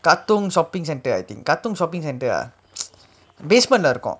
katong shopping centre I think katong shopping centre basement leh இருக்கோ:irukko